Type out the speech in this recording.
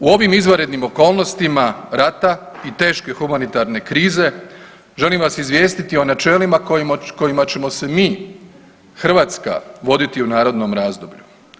U ovim izvanrednim okolnostima rata i teške humanitarne krize želim vas izvijestiti o načelima kojima ćemo se mi Hrvatska voditi u narednom razdoblju.